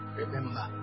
remember